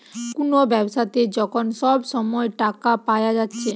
কুনো ব্যাবসাতে যখন সব সময় টাকা পায়া যাচ্ছে